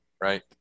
Right